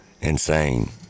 insane